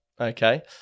okay